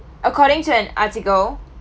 according to an article